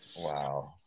Wow